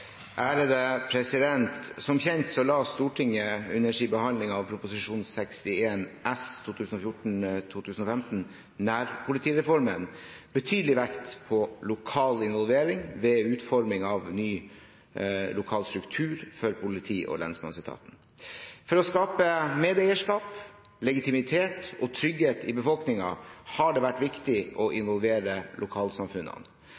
Som kjent la Stortinget under sin behandling av Prop. 61 LS for 2014–2015, nærpolitireformen, betydelig vekt på lokal involvering ved utformingen av ny lokal struktur for politi- og lensmannsetaten. For å skape medeierskap, legitimitet og trygghet i befolkningen har det vært viktig å